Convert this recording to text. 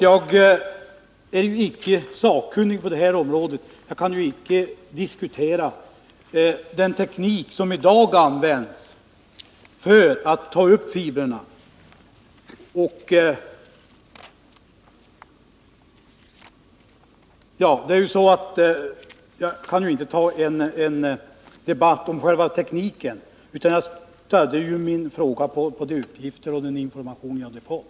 Jag är inte sakkunnig på det här området, och jag kan inte föra en debatt om den teknik som i dag används för att ta upp fibrerna. Jag stödde min fråga på de uppgifter och den information jag hade fått.